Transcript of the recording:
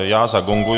Já zagonguji.